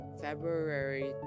february